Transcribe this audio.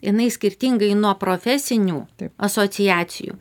jinai skirtingai nuo profesinių asociacijų